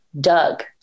Doug